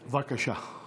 בבקשה.